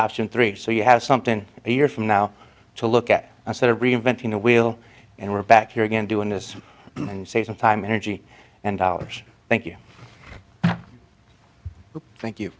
option three so you have something a year from now to look at a set of reinventing the wheel and we're back here again doing as you say some time energy and hours thank you thank you